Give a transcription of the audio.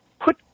put